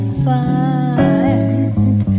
find